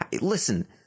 Listen